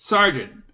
Sergeant